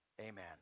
Amen